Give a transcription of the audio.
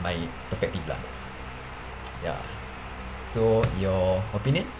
my perspective lah ya so your opinion